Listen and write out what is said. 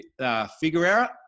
Figuera